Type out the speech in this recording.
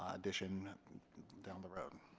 addition down the road